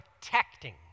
protecting